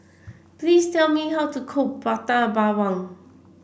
please tell me how to cook Prata Bawang